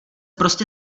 prostě